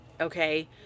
okay